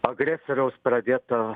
agresoriaus pradėto